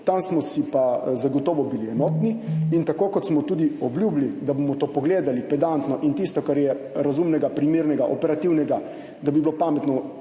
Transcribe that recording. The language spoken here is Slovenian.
tam smo si pa zagotovo bili enotni in tako, kot smo tudi obljubili, da bomo to pedantno pogledali in tisto, kar je razumnega, primernega, operativnega, da bi bilo pametno